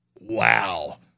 wow